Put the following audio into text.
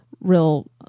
real